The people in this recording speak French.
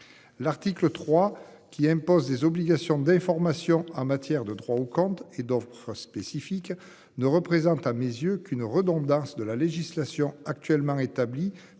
L'article 3, qui impose des obligations d'information en matière de droit au compte et doivent. Spécifique ne représente à mes yeux qu'une redondance de la législation actuellement. Par